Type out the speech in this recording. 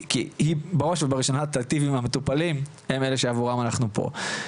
כי היא בראש ובראשונה תיטיב עם המטופלים שהם אלה שבשבילם אנחנו פה.